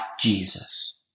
Jesus